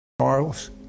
Charles